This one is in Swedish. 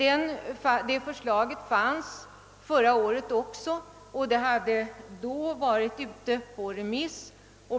Ett sådant förslag förelåg också förra året och hade då varit ute på remiss.